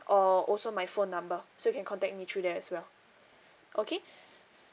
or also my phone number so you can contact me through there as well okay